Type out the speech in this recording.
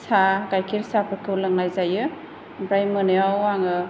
साहा गायखेर साहाफोरखौ लोंनाय जायो ओमफ्राय मोनायाव आङो